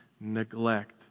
neglect